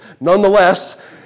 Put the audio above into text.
Nonetheless